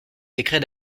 décrets